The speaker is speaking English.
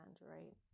right